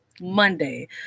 Monday